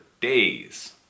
days